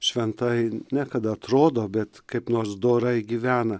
šventai ne kad atrodo bet kaip nors dorai gyvena